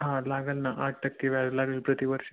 हां लागंन ना आठ टक्के व्याज लागेल प्रतिवर्ष